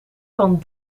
van